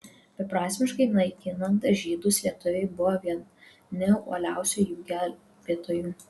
beprasmiškai naikinant žydus lietuviai buvo vieni uoliausių jų gelbėtojų